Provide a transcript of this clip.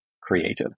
created